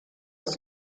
ist